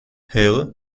her